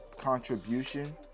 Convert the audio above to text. contribution